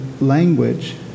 language